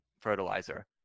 fertilizer